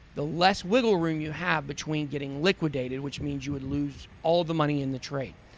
the less wiggle room you have between getting liquidated, which means you would lose all the money in the trade.